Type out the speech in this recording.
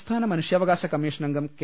സംസ്ഥാന മനുഷ്യാവകാശ കമ്മിഷൻ അംഗ്രം കെ